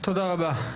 תודה רבה.